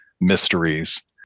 mysteries